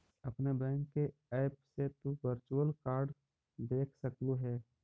अपने बैंक के ऐप से तु वर्चुअल कार्ड देख सकलू हे